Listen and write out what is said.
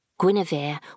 Guinevere